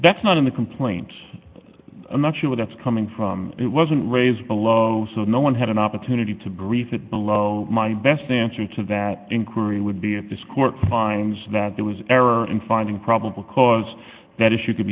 that's not in the complaints i'm not sure that's coming from it wasn't raised below so no one had an opportunity to brief it below my best answer to that inquiry would be at this court finds that there was error in finding probable cause that issue c